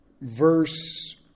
verse